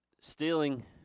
stealing